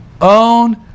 own